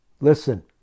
Listen